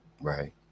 Right